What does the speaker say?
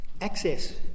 access